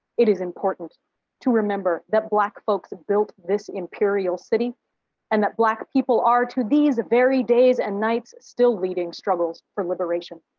it is important to remember that black folks built this imperial city and that black people are to these very days and nights still leading struggles for liberation.